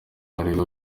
aregwa